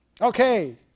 Okay